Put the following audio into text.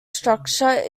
structure